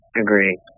agree